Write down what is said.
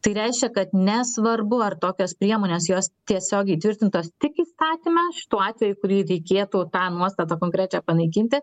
tai reiškia kad nesvarbu ar tokios priemonės jos tiesiogiai įtvirtintos tik įstatyme šituo atveju kurį reikėtų tą nuostatą konkrečią panaikinti